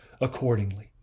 accordingly